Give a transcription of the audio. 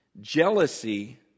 jealousy